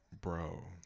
Bro